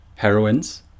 heroines